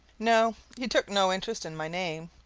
no, he took no interest in my name.